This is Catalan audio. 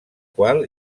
qual